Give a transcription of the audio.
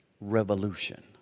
Revolution